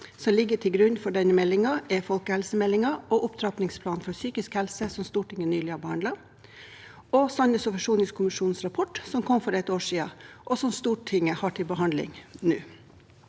som ligger til grunn for denne meldingen, er folkehelsemeldingen, opptrappingsplanen for psykisk helse, som Stortinget nylig har behandlet, og sannhets- og forsoningskommisjonens rapport, som kom for et år siden, og som Stortinget har til behandling nå.